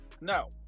No